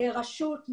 רשות,